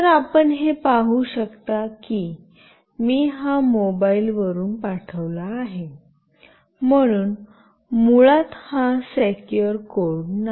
तर आपण हे पाहू शकता की मी हा मोबाईल वरून पाठविला आहे म्हणून मुळात हा सेक्युर कोड नाही